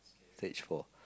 stage four